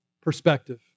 perspective